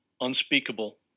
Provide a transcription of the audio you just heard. unspeakable